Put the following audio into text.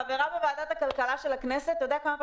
חברה בוועדת הכלכלה של הכנסת ואתה יודע כמה פעמים